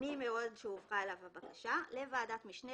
ממועד שהועברה אליו הבקשה לוועדת משנה